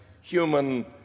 human